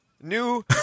new